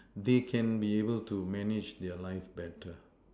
they can be able to manage their life better